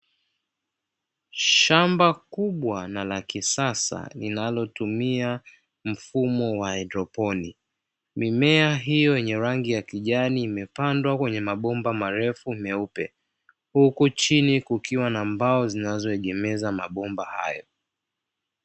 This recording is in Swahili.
Shamba kubwa na la kisasa linalotumia mfumo wa haidroponi, mimea hiyo yenye rangi ya kijani imepandwa kwenye mabomba marefu meupe, huku chini kukiwa na mbao zinazoegemeza mabomba hayo.